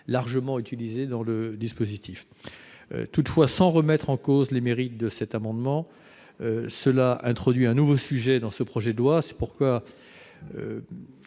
largement utilisé dans le dispositif. Sans remettre en cause les mérites de ces amendements, ceux-ci tendent à introduire un nouveau sujet dans ce projet de loi. C'est pourquoi